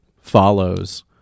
follows